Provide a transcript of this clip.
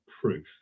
proof